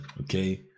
Okay